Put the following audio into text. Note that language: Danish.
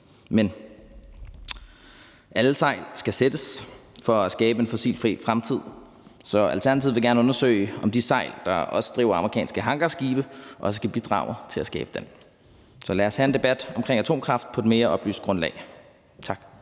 Men alle sejl skal sættes til for at skabe en fossilfri fremtid, så Alternativet vil gerne undersøge, om de sejl, der også driver amerikanske hangarskibe, også kan bidrage til at skabe den. Så lad os have en debat omkring atomkraft på et mere oplyst grundlag. Tak.